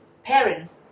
Parents